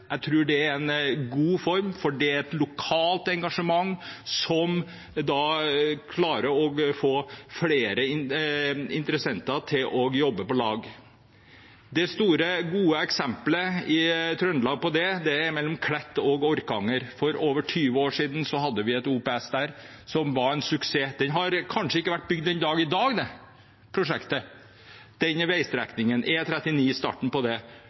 Jeg tror det er en god form, for det er et lokalt engasjement som klarer å få flere interessenter til å jobbe på lag. Det store, gode eksemplet på det i Trøndelag er mellom Klett og Orkanger. For over 20 år siden hadde vi et OPS der som var en suksess. Det prosjektet, den veistrekningen, hadde kanskje ikke vært bygd den dag i dag – det er starten på E39 – hvis det